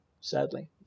sadly